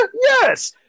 Yes